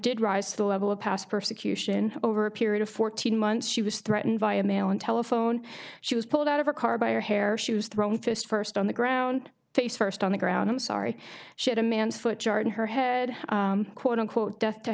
did rise to the level of past persecution over a period of fourteen months she was threatened via email and telephone she was pulled out of her car by her hair she was thrown fist first on the ground face first on the ground i'm sorry she had a man's foot jarden her head quote unquote death to